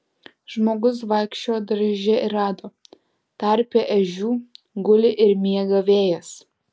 žmogus vaikščiojo darže ir rado tarpe ežių guli ir miega vėjas